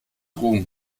ruhm